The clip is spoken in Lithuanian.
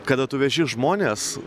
kada tu veži žmones